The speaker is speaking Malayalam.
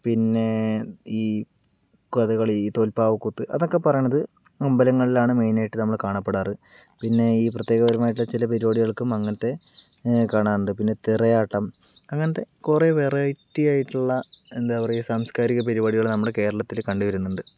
പിന്നേ ഈ കഥകളി തോല്പാവക്കൂത്ത് അതൊക്കെ പറയണത് അമ്പലങ്ങളിലാണ് മെയിൻ ആയിട്ട് നമ്മൾ കാണപ്പെടാറ് പിന്നെ ഈ പ്രതേകപരമായിട്ടുള്ള പരുപാടികൾക്കും അങ്ങനത്തെ കാണാറുണ്ട് പിന്നെ തിറയാട്ടം അങ്ങനത്തെ കുറെ വെറൈറ്റി ആയിട്ടുള്ള എന്താ പറയാ സാംസ്കാരിക പരിപാടികൾ നമ്മൾ കേരളത്തിൽ കണ്ട് വരുന്നുണ്ട്